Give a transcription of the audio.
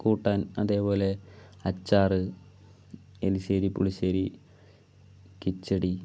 കൂട്ടാൻ അതേപോലെ അച്ചാറ് എരിശ്ശേരി പുളിശ്ശേരി കിച്ചടി